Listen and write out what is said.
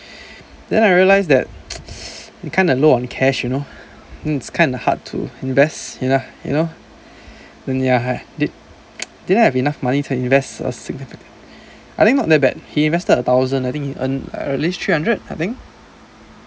then I realise that you kinda low on cash you know then it's kind of hard to invest you know you know ya did~ didn't have enough money to invest a signifi~ I think not that bad he invested a thousand I think he earn or at least three hundred I think